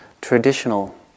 traditional